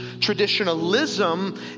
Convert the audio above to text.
Traditionalism